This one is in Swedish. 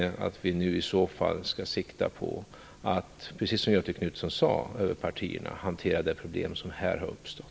Vi skall nu sikta på att, precis som Göthe Knutson sade, över partigränserna hantera det problem som här har uppstått.